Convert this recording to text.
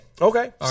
Okay